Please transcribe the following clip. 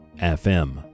FM